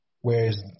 whereas